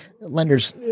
lenders